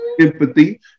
empathy